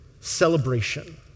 celebration